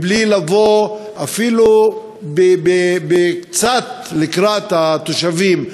בלי לבוא אפילו קצת לקראת התושבים,